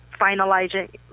finalizing